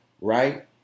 right